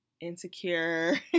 insecure